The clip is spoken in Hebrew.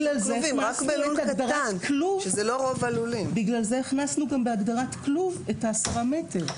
לכן הכנסנו בהגדרת כלוב את ה-10 מטרים.